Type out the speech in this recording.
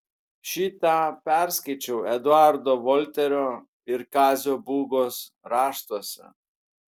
šį tą perskaičiau eduardo volterio ir kazio būgos raštuose